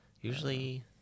Usually